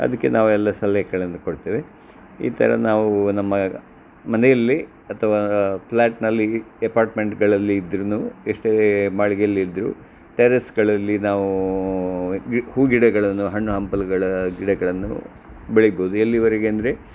ಅದಕ್ಕೆ ನಾವೆಲ್ಲ ಸಲಹೆಗಳನ್ನು ಕೊಡ್ತೇವೆ ಈ ಥರ ನಾವೂ ನಮ್ಮ ಮನೆಯಲ್ಲಿ ಅಥವಾ ಪ್ಲ್ಯಾಟ್ನಲ್ಲಿ ಎಪಾರ್ಟ್ಮೆಂಟ್ಗಳಲ್ಲಿ ಇದ್ದರೂ ಎಷ್ಟೇ ಮಾಳಿಗೆಯಲ್ಲಿದ್ದರೂ ಟೆರೆಸ್ಗಳಲ್ಲಿ ನಾವೂ ಗಿ ಹೂ ಗಿಡಗಳನ್ನು ಹಣ್ಣು ಹಂಪಲುಗಳ ಗಿಡಗಳನ್ನು ಬೆಳಿಬೋದು ಎಲ್ಲಿವರೆಗೆ ಅಂದರೆ